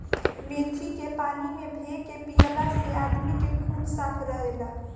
मेथी के पानी में भे के पियला से आदमी के खून साफ़ रहेला